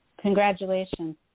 congratulations